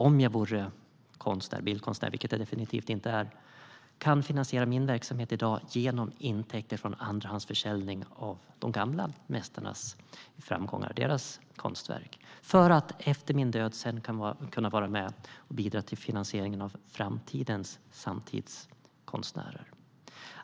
Om jag vore bildkonstnär, vilket jag definitivt inte är, skulle jag då kunna finansiera min verksamhet genom intäkter från andrahandsförsäljning av de gamla mästarnas konstverk och sedan efter min död vara med och finansiera framtidens samtidskonstnärer.